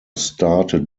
started